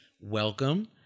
welcome